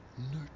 nurtured